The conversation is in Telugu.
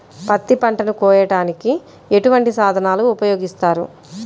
పత్తి పంటను కోయటానికి ఎటువంటి సాధనలు ఉపయోగిస్తారు?